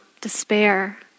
despair